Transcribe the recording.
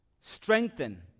Strengthen